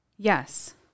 Yes